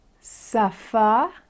Safa